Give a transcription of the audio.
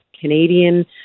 Canadian